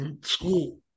school